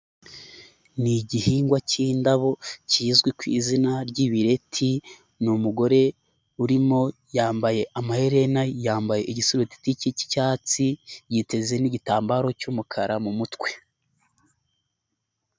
Ni igihingwa cy'indabo, kizwi ku izina ry'ibireti, ni umugore urimo yambaye amaherena, yambaye igisurubeti cy'icyatsi, yiteze n'igitambaro cy'umukara mu mutwe.